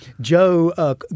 Joe